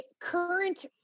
current